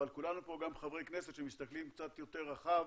אבל כולנו פה גם חברי כנסת שמסתכלים קצת יותר רחב,